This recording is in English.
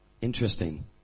Interesting